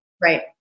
Right